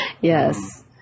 Yes